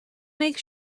make